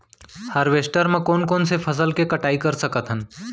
Harvester म कोन कोन से फसल के कटाई कर सकथन?